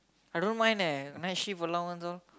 I don't mind leh night shift alone also